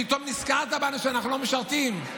פתאום נזכרת בנו שאנחנו לא משרתים.